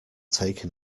taken